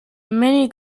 many